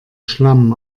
schlamm